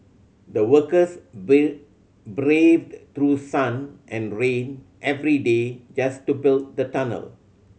the workers braved through sun and rain every day just to build the tunnel